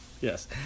Yes